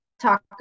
talk